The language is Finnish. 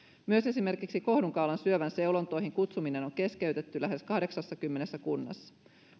myös esimerkiksi kohdunkaulan syövän seulontoihin kutsuminen on on keskeytetty lähes kahdeksassakymmenessä kunnassa